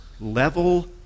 level